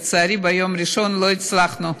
לצערי, ביום ראשון לא הצלחנו.